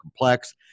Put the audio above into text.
complex